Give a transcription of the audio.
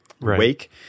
wake